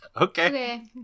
Okay